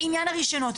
בעניין הרישיונות.